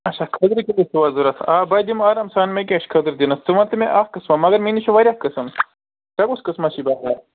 اَچھا کھٔزرٕ کِلو چھُوا ضروٗرت آ بٕے دِمہٕ آرام سان مےٚ کیٛاہ چھُ کھٔزٕر دِنس ژٕ ونتہٕ مےٚ اکھ قٕسما مگر مےٚ نِش چھِ وارِیاہ قٕسٕم ژےٚ کُس قٕسما چھُے بکار